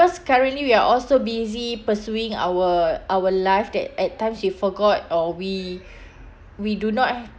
because currently we are all so busy pursuing our our life that at times we forgot or we we do not